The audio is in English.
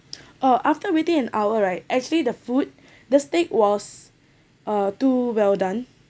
uh after waiting an hour right actually the food the steak was uh too well done